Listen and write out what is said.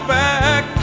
back